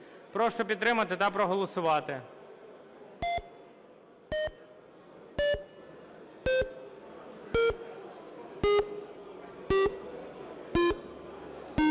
Прошу підтримати та проголосувати.